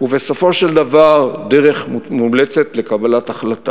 ובסופו של דבר דרך מומלצת לקבלת החלטה.